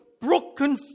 broken